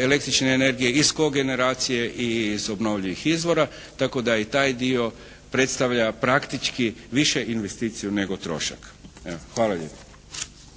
električne energije isko generacije i iz obnovljivih izvora tako da i taj dio predstavlja praktički više investiciju nego trošak. Evo hvala lijepo.